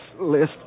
list